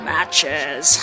Matches